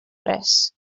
res